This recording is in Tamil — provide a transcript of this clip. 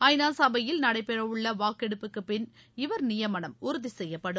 ஐநாசபையில் நடைபெறவுள்ளவாக்கெடுப்புக்குபிள் இவரதுநியமனம் உறுதிசெய்யப்படும்